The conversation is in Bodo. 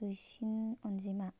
दुइसिन अन्जिमा